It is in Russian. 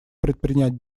предпринять